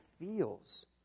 feels